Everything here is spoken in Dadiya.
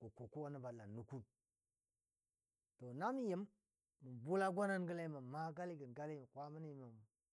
gə kuwa kuwa nəba la nʊkʊn to mə yim mə bʊla gwanan gəlai a galigən gali a kwama ni mə.